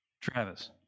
Travis